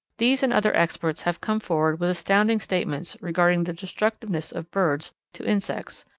these and other experts have come forward with astounding statements regarding the destructiveness of birds to insects.